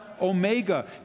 omega